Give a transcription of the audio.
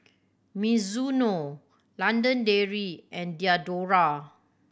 Mizuno London Dairy and Diadora